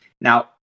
Now